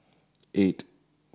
eight